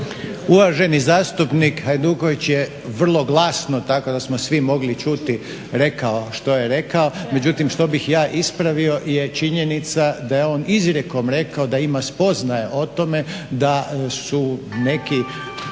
Uvaženi zastupnik Hajduković je vrlo glasno, tako da smo svi mogli čuti, rekao što je rekao, međutim što bih ja ispravio je činjenica da je on izrijekom rekao da ima spoznaje o tome da su neki